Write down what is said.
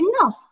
enough